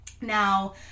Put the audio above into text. Now